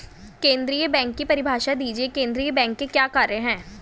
केंद्रीय बैंक की परिभाषा दीजिए केंद्रीय बैंक के क्या कार्य हैं?